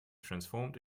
transformed